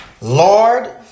Lord